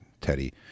Teddy